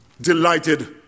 delighted